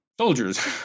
soldiers